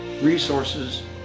resources